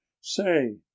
Say